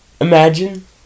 Imagine